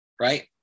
Right